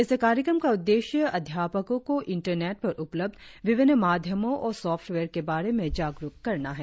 इस कार्यक्रम का उद्देश्य अध्यापकों को इंटरनेट पर उपलब्ध विभिन्न माध्यमों और सॉफ्टवेर के बारे में जागरुक करना है